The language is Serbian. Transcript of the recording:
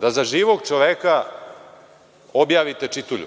da za živog čoveka objavite čitulju.